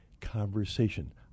Conversation